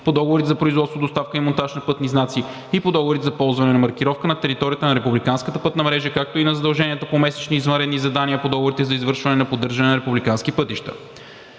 по договорите за производство, доставка и монтаж на пътни знаци и по договорите за полагане на маркировка на територията на републиканската пътна мрежа, както и на задълженията по месечни и извънредни задания по договорите за извършване на поддържане на републикански пътища.